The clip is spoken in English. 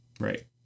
Right